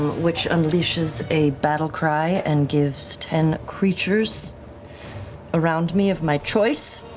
which unleashes a battle cry and gives ten creatures around me of my choice